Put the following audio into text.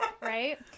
right